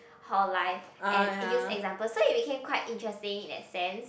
hall life and use example so it became quite interesting in that sense